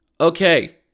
okay